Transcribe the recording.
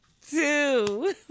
Two